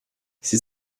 sie